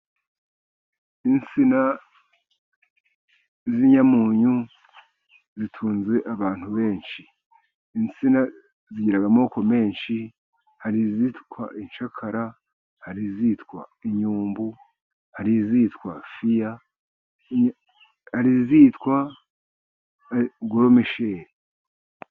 Insina z'inyamunyu zitunze abantu benshi. Insina zigira amoko menshi hari izitwa incakara, hari izitwa inyumbu arizitwa fiya, hari izitwa goromisheri.